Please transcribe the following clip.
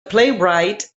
playwright